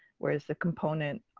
whereas the component